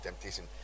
temptation